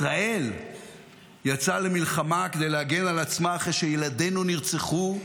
ישראל יצאה למלחמה כדי להגן על עצמה אחרי שילדינו נרצחו,